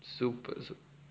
super su~